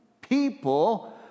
people